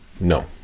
no